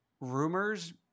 rumors